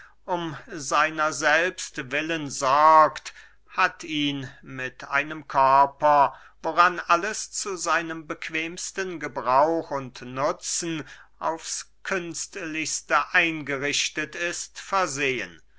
um seiner selbst willen sorgt hat ihn mit einem körper woran alles zu seinem bequemsten gebrauch und nutzen aufs künstlichste eingerichtet ist versehen